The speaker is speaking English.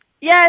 Yes